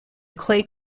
clay